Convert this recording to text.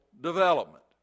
development